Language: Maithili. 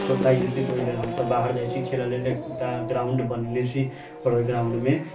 चोट लागि जेतै तऽ ओहि लेल हम सब बाहर जाइ छी खेलऽ लेल तऽ ग्राउंड बनेने छी आओर ओहि ग्राउंडमे